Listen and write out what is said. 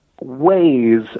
ways